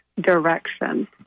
direction